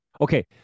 okay